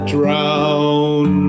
drown